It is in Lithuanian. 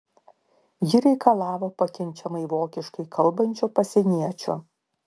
ji reikalavo pakenčiamai vokiškai kalbančio pasieniečio